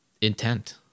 Intent